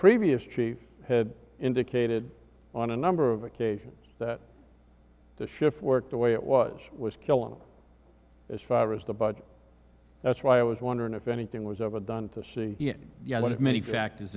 previous chief had indicated on a number of occasions that the shift work the way it was was killing as far as the budget that's why i was wondering if anything was overdone to see yet one of many factors